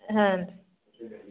ಹಾಂ